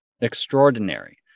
extraordinary